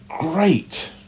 great